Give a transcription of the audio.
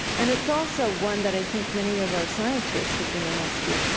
and it's also one that, i think, many of our scientists have been asking.